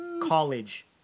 college